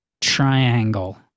triangle